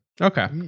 Okay